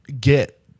get